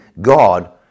God